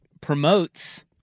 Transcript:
promotes